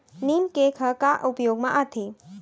नीम cake ह का उपयोग मा आथे?